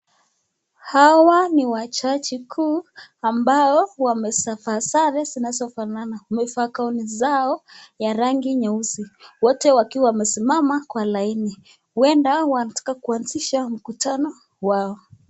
Hawa ni majaji wakuu ambao wamevaa sare zinazofanana wamevaa gauni zao ya rangi nyeusi. Wote wakiwa wamesimama kwa laini huenda wanataka kuanzisha mkutano wao.